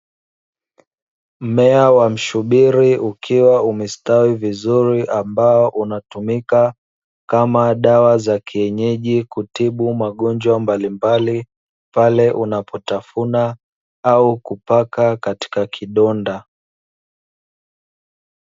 Mmea wa mshubiri ukiwa umestawi vizuri ambao unatumika kama dawa za kienyeji kutibu magonjwa mbalimbali, pale unapotafuna au kupaka katika kidonda.